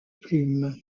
plume